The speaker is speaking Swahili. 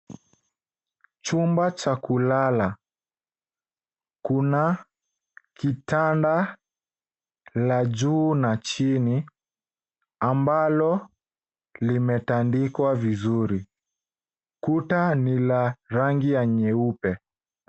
Chumba cha kulala. Kuna kitanda cha juu na chini ambalo kimetandikwa vizuri. Kuta ni la rangi ya nyeupe.